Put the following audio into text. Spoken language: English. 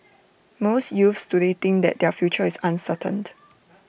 most youths today think that their future is uncertain